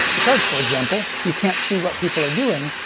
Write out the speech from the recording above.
because, for example, you can't see what people are doing,